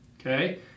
okay